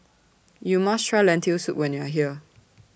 YOU must Try Lentil Soup when YOU Are here